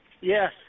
Yes